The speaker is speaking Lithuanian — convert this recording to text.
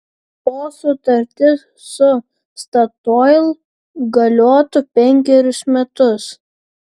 o sutartis su statoil galiotų penkerius metus